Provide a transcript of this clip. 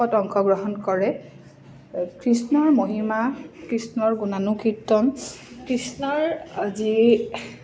অংশগ্ৰহণ কৰে কৃষ্ণৰ মহিমা কৃষ্ণৰ গুণানুকীৰ্তন কৃষ্ণৰ যি